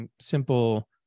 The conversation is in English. simple